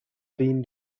been